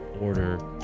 order